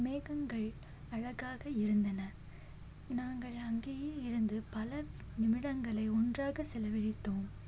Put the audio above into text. மேகங்கள் அழகாக இருந்தன நாங்கள் அங்கேயே இருந்து பல நிமிடங்களை ஒன்றாக செலவழித்தோம்